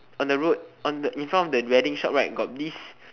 on the road on the in front of the wedding shop right got this